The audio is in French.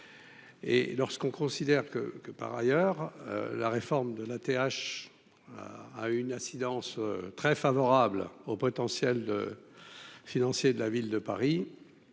et lorsqu'on considère que, que par ailleurs, la réforme de la TH a une incidence très favorable au potentiel financier de la ville de Paris